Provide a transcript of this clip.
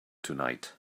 tonight